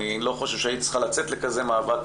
אני לא חושב שהיית צריכה לצאת לכזה מאבק,